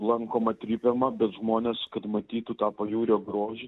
lankoma trypiama bet žmonės kad matytų tą pajūrio grožį